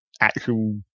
actual